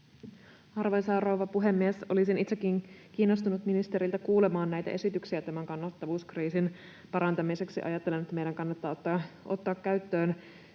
Arvoisa rouva puhemies! Olisin itsekin kiinnostunut ministeriltä kuulemaan näitä esityksiä tämän kannattavuuskriisin parantamiseksi. Ajattelen, että meidän kannattaa ottaa käyttöön